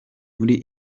muri